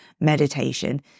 meditation